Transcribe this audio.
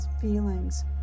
feelings